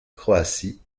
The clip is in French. croatie